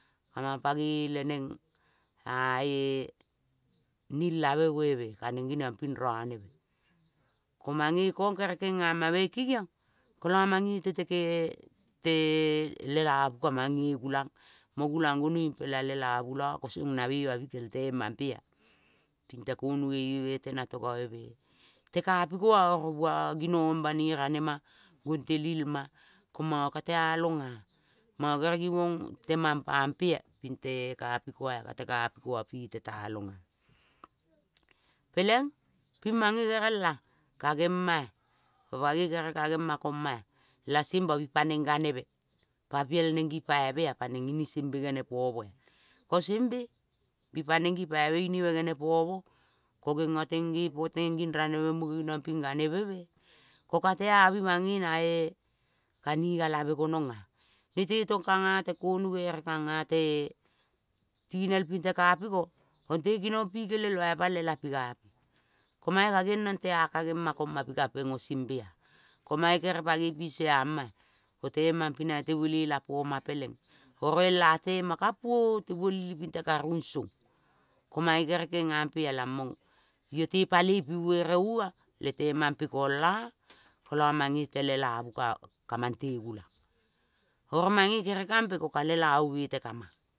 Kamang panoi leneng ae nilave boeme kaneng geniang ping roneve. Ko mange kong kere kemamame kengiong kola mange te le lavu kumang nge gulang. Mo gulang gonoiung pela lelavula song na beva bikel temampea ping te konogeieme te. Natongaveme te kapikoa oro bua ginong banoi ranema gontelilma. Ko manga ka teaknga. Manogoi gere givong temang pampea pite kapikoa kate kapikea pete talonga. Peleng pi mange gorela kangema-a pagei gere kagema koma-a la semba pi paneng ganebe pa piel neng gipaivea. Neng ini sembe gene pomoa ko gengo teng gepo teng nging raneve muge geniong ganeveme ko katea bing nae kaninga lave gononga. Nete tong kang ate konoge ere kang ate tinel pinte kapiko. Konte kinong pi kelema lela pi gare. Ko mae kagendrong tea kagema koma pikapengo sembea. Ko mae gere pangoing piso ama-a. Kona temampe nai te botela poma peleng oro el atema kapuo tebuoli pintekavung song ko mae kere kengangpea lamang iote paloi pi vere ua le temampe kola. Kola mange te lelavu ka mante gulang. Ko mange kere kampe ko ka lelavu bete kamang.